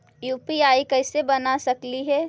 UPI कैसे बना सकली हे?